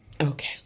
Okay